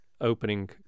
opening